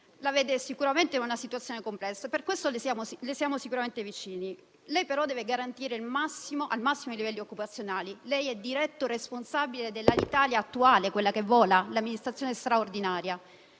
è sicuramente in una situazione complessa e per questo le siamo vicini. Il Ministro, però, deve garantire al massimo i livelli occupazionali. È il diretto responsabile dell'Alitalia attuale, quella che vola, quella in amministrazione straordinaria,